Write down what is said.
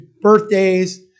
birthdays